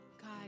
God